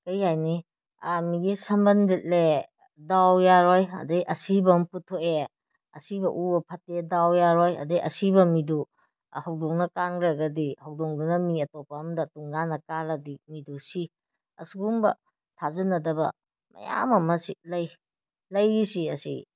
ꯀꯔꯤ ꯍꯥꯏꯅꯤ ꯃꯤꯒꯤ ꯁꯝꯕꯟ ꯂꯤꯠꯂꯦ ꯗꯥꯎ ꯌꯥꯔꯣꯏ ꯑꯗꯩ ꯑꯁꯤꯕ ꯑꯃ ꯄꯨꯊꯣꯛꯑꯦ ꯑꯁꯤꯕ ꯎꯕ ꯐꯠꯇꯦ ꯗꯥꯎ ꯌꯥꯔꯣꯏ ꯑꯗꯩ ꯑꯁꯤꯕ ꯃꯤꯗꯨ ꯍꯧꯗꯣꯡꯅ ꯀꯥꯟꯈ꯭ꯔꯒꯗꯤ ꯍꯧꯗꯣꯡꯗꯨꯅ ꯃꯤ ꯑꯇꯣꯞꯄ ꯑꯃꯗ ꯇꯨꯝꯀꯥꯟꯗ ꯀꯥꯜꯂꯗꯤ ꯃꯤꯗꯨ ꯁꯤ ꯑꯁꯤꯒꯨꯝꯕ ꯊꯥꯖꯅꯗꯕ ꯃꯌꯥꯝ ꯑꯃꯁꯤ ꯂꯩ ꯂꯩꯔꯤꯁꯤ ꯑꯁꯤ